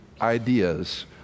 ideas